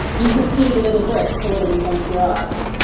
you could see the little bricks falling in front of your eyes.